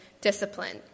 discipline